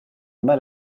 mal